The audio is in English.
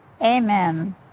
Amen